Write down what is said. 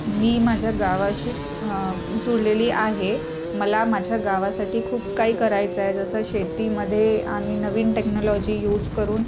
मी माझ्या गावाशी जुळलेली आहे मला माझ्या गावासाठी खूप काही करायचं आहे जसं शेतीमध्ये आम्ही नवीन टेक्नॉलॉजी यूज करून